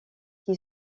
qui